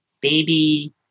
baby